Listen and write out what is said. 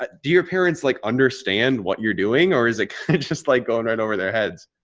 but do your parents like understand what you're doing? or is it just like going right over their heads?